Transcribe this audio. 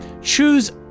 choose